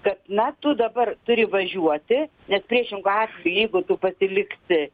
kad na tu dabar turi važiuoti nes priešingu atveju jeigu tu pasiliksi